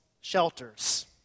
shelters